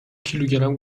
کیلوگرم